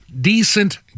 decent